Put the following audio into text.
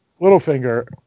Littlefinger